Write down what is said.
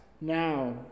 Now